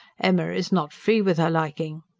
emma is not free with her liking.